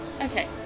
okay